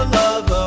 love